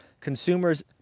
consumers